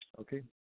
okay